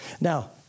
Now